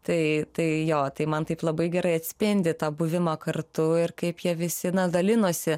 tai tai jo tai man taip labai gerai atspindi tą buvimą kartu ir kaip jie visi na dalinosi